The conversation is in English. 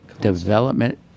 Development